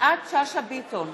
יפעת שאשא ביטון,